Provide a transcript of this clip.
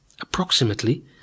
approximately